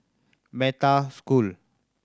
Metta School